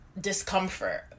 discomfort